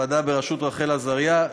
הוועדה בראשות רחל עזריה,